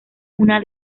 una